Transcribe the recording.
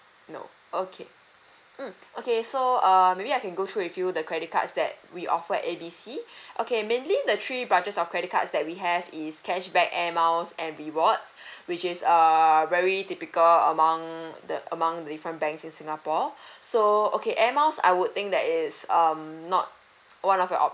no okay mm okay so err maybe I can go through with you the credit cards that we offer at A B C okay mainly the three branches of credit cards that we have is cashback air miles and rewards which is err very typical among the among the different banks in singapore so okay air miles I would think that it's um not one of the option